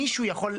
מי שיכול,